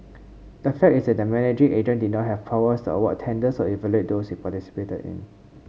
the fact is that the managing agent did not have powers to award tenders or evaluate those it participated in